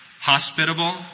hospitable